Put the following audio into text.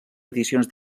edicions